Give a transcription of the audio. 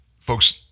Folks